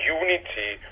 unity